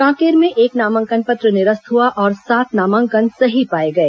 कांकेर में एक नामांकन पत्र निरस्त हुआ और सात नामांकन सही पाए गए